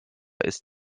ist